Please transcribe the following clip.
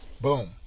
boom